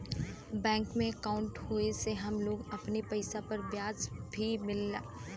bank में अंकाउट होये से हम लोग अपने पइसा पर ब्याज भी मिलला